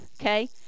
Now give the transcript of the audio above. Okay